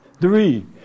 Three